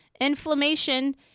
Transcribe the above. inflammation